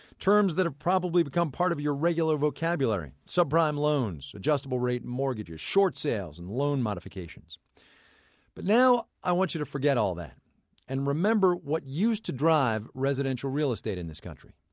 terms that have probably become part of your regular vocabulary subprime loans, adjustable rate mortgages, short sales, and loan modifications but now i want you to forget all that and remember what used to drive residential real estate in this country.